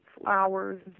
flowers